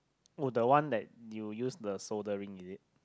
oh that one that you use the shouldering is it